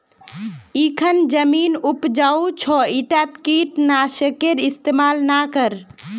इखन जमीन उपजाऊ छ ईटात कीट नाशकेर इस्तमाल ना कर